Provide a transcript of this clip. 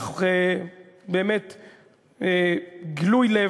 אך באמת גלוי-לב,